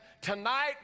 tonight